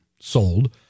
sold